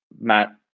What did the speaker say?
Matt